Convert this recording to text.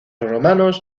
romanos